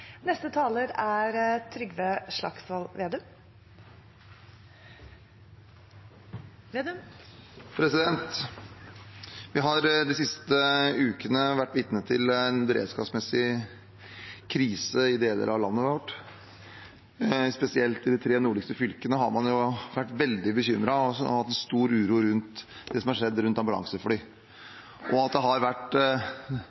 Vi har de siste ukene vært vitne til en beredskapsmessig krise i deler av landet vårt. Spesielt i de tre nordligste fylkene har man vært veldig bekymret og har hatt en stor uro rundt det som har skjedd rundt